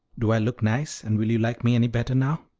do i look nice and will you like me any better now?